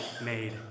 made